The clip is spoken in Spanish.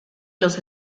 los